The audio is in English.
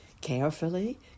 Carefully